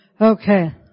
Okay